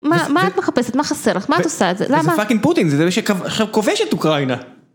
מה, מה את מחפשת? מה חסר לך? מה את עושה את זה? למה? זה פאקינג פוטין, זה זה שעכשיו כובש את אוקראינה.